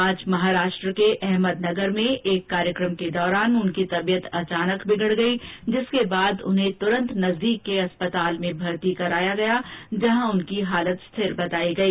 आज महाराष्ट्र के अहमद नगर में सक कार्यक्रम के दौरान उनकी तबियत अचानक बिगड़ गई जिसके बाद उन्हें तुरन्त नजदीक के एक अस्पताल में भर्ती किया गया जहां उनकी स्थिति स्थिर बताई गई